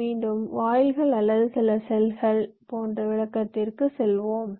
மீண்டும் வாயில்கள் அல்லது சில செல்கள் போன்ற விளக்கத்திற்குச் செல்வோம்